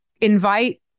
invite